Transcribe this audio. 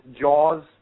Jaws